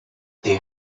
they